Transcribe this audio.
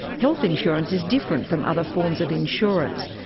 health insurance is different from other forms of insurance.